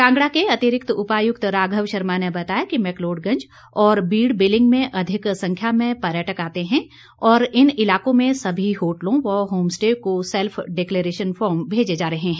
कांगड़ा के अतिरिक्त उपायुक्त राधव शर्मा ने बताया कि मैकलोड़गंज और बीड़ बिलिंग में अधिक संख्या में पर्यटक आते हैं और इन इलाकों में समी होटलों व होमस्टे को सैल्फ डिक्लेरेशन फॉर्म भेजे जा रहे हैं